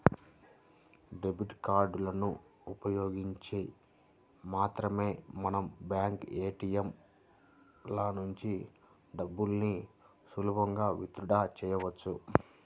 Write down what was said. debit కార్డులను ఉపయోగించి మాత్రమే మనం బ్యాంకు ఏ.టీ.యం ల నుంచి డబ్బుల్ని సులువుగా విత్ డ్రా చెయ్యొచ్చు